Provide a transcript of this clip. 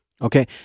Okay